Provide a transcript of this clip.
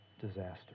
disaster